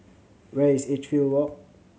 where is Edgefield Walk